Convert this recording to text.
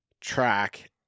track